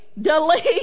Delete